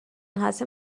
هستیم